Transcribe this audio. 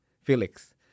Felix